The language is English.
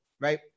right